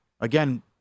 Again